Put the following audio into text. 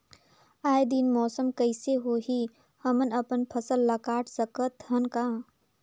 आय दिन मौसम कइसे होही, हमन अपन फसल ल काट सकत हन का?